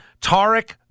Tarek